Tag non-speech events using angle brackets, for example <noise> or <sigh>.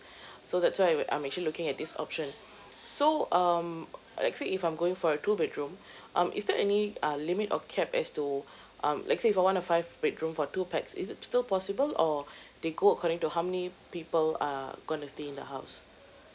<breath> so that's why I'm actually looking at this option so um let's say if I'm going for a two bedroom um is there any uh limit or cap as to um let's say if I want a five bedroom for two pax is it still possible or they go according to how many people are gonna stay in the house